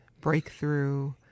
breakthrough